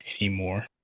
anymore